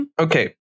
Okay